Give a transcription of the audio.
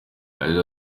yagize